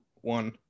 one